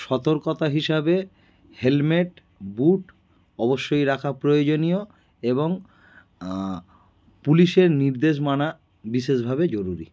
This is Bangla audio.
সতর্কতা হিসাবে হেলমেট বুট অবশ্যই রাখা প্রয়োজনীয় এবং পুলিশের নির্দেশ মানা বিশেষভাবে জরুরি